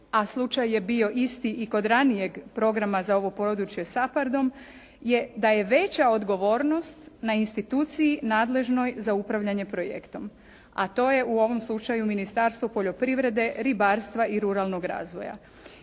a slučaj je bio isti i kod ranijeg programa za ovo područje SAPARD-om je da je veća odgovornost na instituciji nadležnoj za upravljanje projektom, a to je u ovom slučaju Ministarstvo poljoprivrede, ribarstva i ruralnog razvoja.